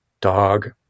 Dog